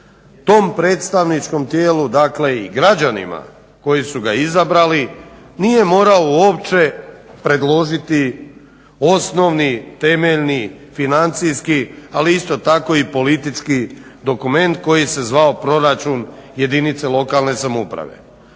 tom predstavničkom tijelu dakle i građanima koji su ga izabrali nije morao uopće predložiti osnovni, temeljni, financijski ali isto tako i politički dokument koji se zvao proračun jedinica lokalne samouprave.